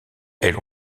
elle